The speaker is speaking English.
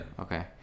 Okay